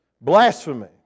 Blasphemy